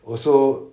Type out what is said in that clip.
also